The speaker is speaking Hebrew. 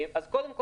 קודם כול,